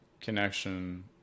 connection